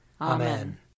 Amen